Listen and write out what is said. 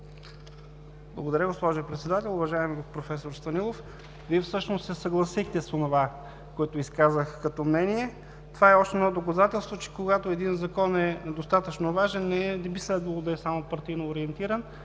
Благодаря, госпожо Председател. Уважаеми проф. Станилов, Вие всъщност се съгласихте с онова, което изказах като мнение. Това е още едно доказателство, че когато един Закон е достатъчно важен, той не би следвало да е само партийно ориентиран,